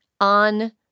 on